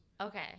Okay